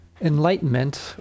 enlightenment